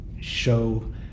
show